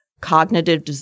cognitive